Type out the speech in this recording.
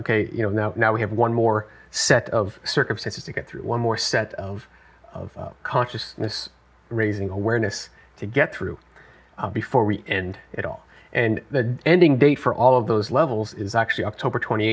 ok you know now now we have one more set of circumstances to get through one more set of consciousness raising awareness to get through before we end it all and the ending date for all of those levels is actually october twenty